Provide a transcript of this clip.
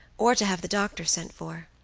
or to have the doctor sent for.